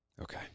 Okay